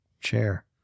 chair